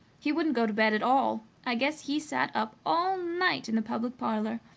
he wouldn't go to bed at all. i guess he sat up all night in the public parlor.